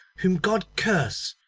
whom god curse,